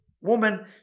woman